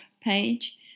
page